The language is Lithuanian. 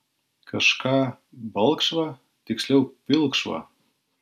kažką balkšvą tiksliau pilkšvą